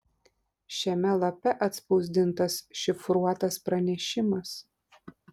šiame lape atspausdintas šifruotas pranešimas